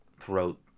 throughout